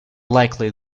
likely